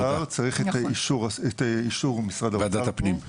צריך את אישור משרד האוצר פה,